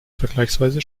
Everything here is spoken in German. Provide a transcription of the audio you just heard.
vergleichsweise